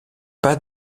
pas